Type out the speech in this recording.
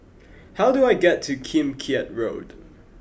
how do I get to Kim Keat Road